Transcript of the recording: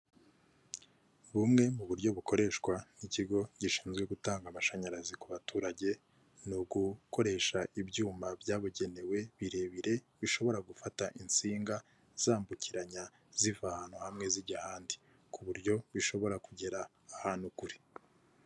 Bumwe mu buryo bukoreshwa nk'ikigo gishinzwe gutanga amashanyarazi ku baturage ni ugukoresha ibyuma byabugenewe birebire bishobora gufata insinga zambukiranya ziva ahantu hamwe zijya ahandi ku buryo bishobora kugera ahantu kure.